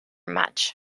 much